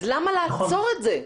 אז למה לעצור את זה?